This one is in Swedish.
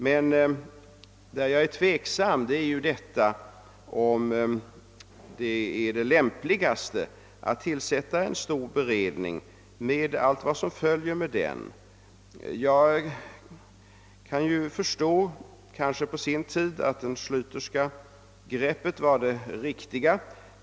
Jag är emellertid tveksam, huruvida det lämpligaste sättet är att tillsätta en stor kriminalpolitisk beredning, med allt vad som följer med en sådan. Jag kan ju förstå att det Schlyterska greppet var det riktiga på sin tid.